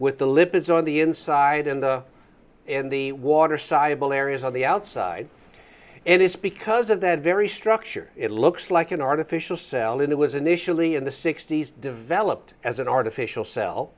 with the lip it's on the inside and the in the water soluble areas on the outside and it's because of that very structure it looks like an artificial cell and it was initially in the sixty's developed as an artificial cell